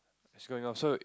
is going off so